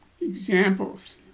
examples